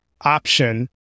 option